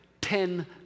ten